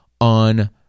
on